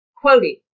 Quoting